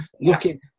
looking